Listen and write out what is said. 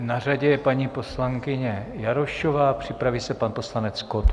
Na řadě je paní poslankyně Jarošová, připraví se pan poslanec Kott.